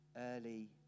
early